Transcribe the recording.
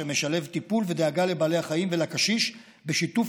שמשלב טיפול ודאגה לבעלי החיים ולקשיש בשיתוף